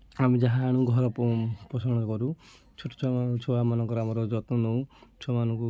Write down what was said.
ଆମେ ଯାହା ଆଣୁ ଘରେ ପୋଷଣ କରୁ ଛୋଟ ଛୁଆମାନଙ୍କର ଆମର ଯତ୍ନ ନେଉ ଛୁଆମାନଙ୍କୁ